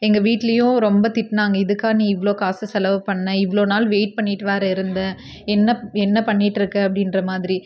எங்கள் வீட்டிலயும் ரொம்ப திட்டினாங்க இதுக்கா நீ இவ்வளோ காசு செலவு பண்ணே இவ்வளோ நாள் வெயிட் பண்ணிட்டு வேறு இருந்த என்னப் என்ன பண்ணிட்டிருக்க அப்படின்ற மாதிரி